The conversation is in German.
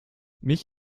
mich